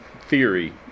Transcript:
theory